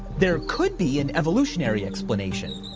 there could be an evolutionary explanation.